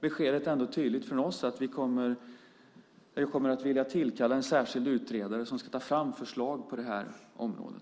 Beskedet är ändå tydligt från oss, att vi kommer att vilja tillkalla en särskild utredare som ska ta fram förslag på det här området.